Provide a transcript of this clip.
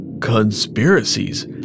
conspiracies